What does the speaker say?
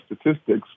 statistics